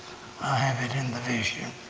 i have it in the vision.